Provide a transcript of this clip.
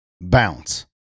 bounce